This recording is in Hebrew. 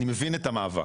אני מבין את המאבק.